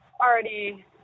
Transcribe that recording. already